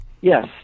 Yes